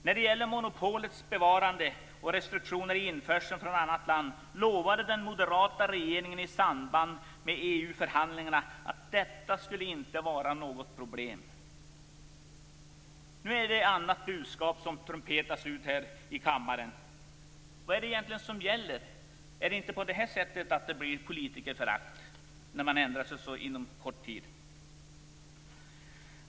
När det gäller monopolets bevarande och restriktioner i införsel från annat land lovade den moderata regeringen i samband med EU-förhandlingarna att detta inte skulle vara något problem. Nu är det ett annat budskap som trumpetas ut här i kammaren. Vad är det egentligen som gäller? Uppstår inte politikerförakt när man ändrar sig på så kort tid?